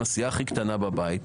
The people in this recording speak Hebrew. הסיעה הכי קטנה בבית.